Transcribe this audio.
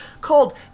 called